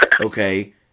Okay